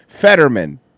Fetterman